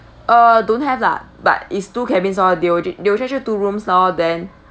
uh don't have lah but is two cabins orh they will j~ they will charge you two rooms lor then